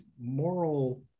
moral